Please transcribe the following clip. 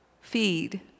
feed